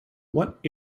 what